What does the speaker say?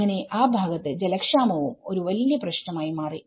അങ്ങനെ ആ ഭാഗത്ത് ജലക്ഷാമവും ഒരു വലിയ പ്രശ്നമായി മാറി